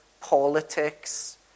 politics